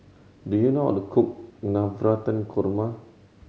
do you know how to cook Navratan Korma